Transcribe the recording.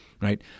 right